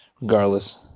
regardless